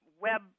web